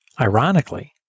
Ironically